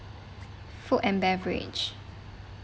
food and beverage